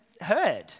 heard